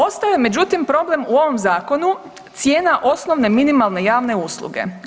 Ostaje, međutim, problem u ovom Zakonu, cijena osnovne minimalne javne usluge.